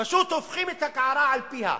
פשוט הופכים את הקערה על פיה,